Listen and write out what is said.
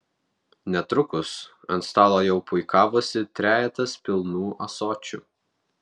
netrukus ant stalo jau puikavosi trejetas pilnų ąsočių